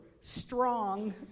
strong